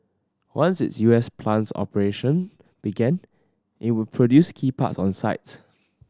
once its U S plant's operation began it would produce key parts on site